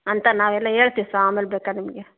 ಅಂತ ನಾವೆಲ್ಲ ಹೇಳ್ತೀವಿ ಸರ್ ಆಮೇಲೆ ಬೇಕಾರ್ ನಿಮಗೆ